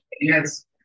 Yes